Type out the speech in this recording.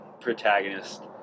protagonist